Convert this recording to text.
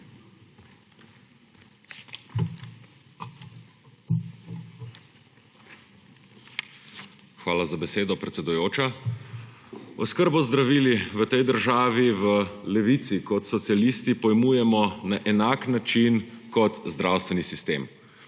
za besedo, predsedujoča. Oskrbo z zdravili v tej državi v Levici kot socialisti pojmujemo na enak način kot zdravstveni sistem